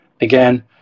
again